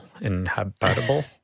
Inhabitable